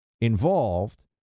involved